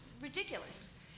ridiculous